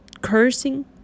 cursing